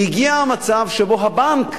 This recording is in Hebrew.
והגיע מצב שהבנק,